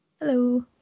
Hello